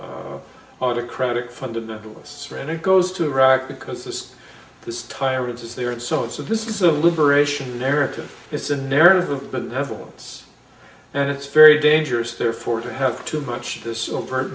autocratic fundamentalists credit goes to iraq because this this tyrant is there and so and so this is the liberation narrative it's a narrative of benevolence and it's very dangerous therefore to have too much this overt